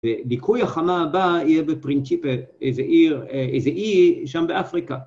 וליקוי החמה הבא יהיה בפרינצ'יפל, איזה עיר, איזה עיר שם באפריקה